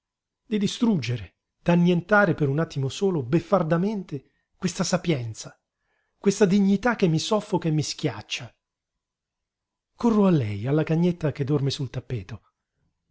di distruggere d'annientare per un attimo solo beffardamente questa sapienza questa dignità che mi soffoca e mi schiaccia corro a lei alla cagnetta che dorme sul tappeto